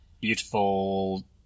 beautiful